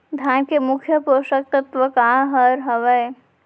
धान के मुख्य पोसक तत्व काय हर हावे?